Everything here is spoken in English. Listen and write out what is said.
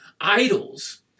idols